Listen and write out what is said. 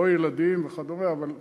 לא ילדים וכדומה, אבל,